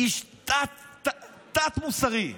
איש תת-מוסרי.